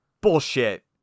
Bullshit